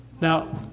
Now